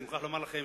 אני מוכרח לומר לכם,